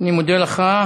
אני מודה לך.